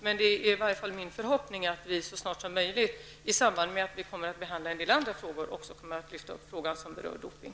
Men det är min förhoppning att vi så snart som möjligt i samband med att vi kommer att behandla en del andra frågor också kommer att lyfta fram frågan om doping.